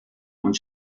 und